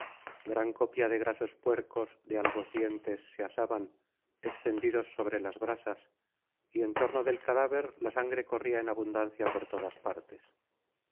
gran copia de grasos puercos de albos dientes se asaban extendidos sobre las brasas y en torno del cadáver la sangre corría en abundancia por todas partes